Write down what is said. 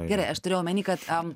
gerai aš turiu omeny kad am